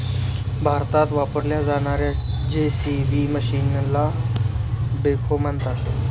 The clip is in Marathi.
भारतात वापरल्या जाणार्या जे.सी.बी मशीनला बेखो म्हणतात